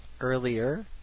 earlier